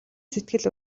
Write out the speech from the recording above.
сэтгэл